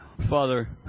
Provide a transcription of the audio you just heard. father